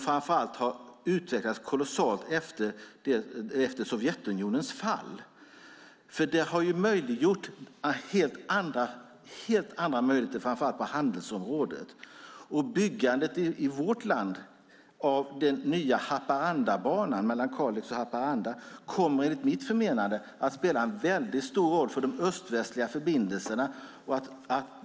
Framför allt har det skett en kolossal utveckling efter Sovjetunionens fall, som gett helt andra möjligheter framför allt på handelsområdet. Byggandet i vårt land av den nya Haparandabanan mellan Kalix och Haparanda kommer enligt mitt förmenande att spela en väldigt stor roll för de öst-västliga förbindelserna.